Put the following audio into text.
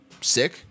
Sick